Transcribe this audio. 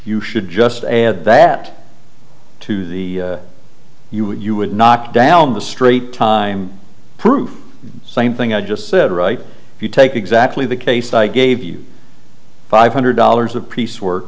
you should just add that to the you you would knock down the straight time proof same thing i just said right if you take exactly the case i gave you five hundred dollars of piece w